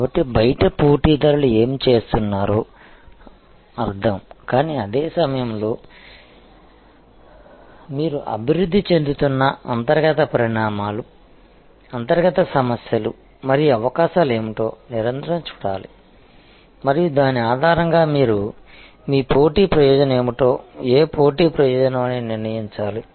కాబట్టి బయట పోటీదారులు ఏమి చేస్తున్నారో అర్థం కానీ అదే సమయంలో మీరు అభివృద్ధి చెందుతున్న అంతర్గత పరిణామాలు అంతర్గత సమస్యలు మరియు అవకాశాలు ఏమిటో నిరంతరం చూడాలి మరియు దాని ఆధారంగా మీరు మీ పోటీ ప్రయోజనం ఏమిటో ఏ పోటీ ప్రయోజనం అని నిర్ణయించాలి